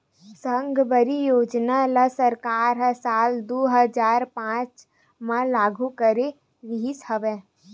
साकम्बरी योजना ल सरकार ह साल दू हजार पाँच म लागू करे रिहिस हवय